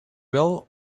wel